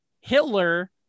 Hitler